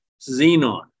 xenon